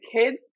kids